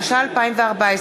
התשע"ה 2014,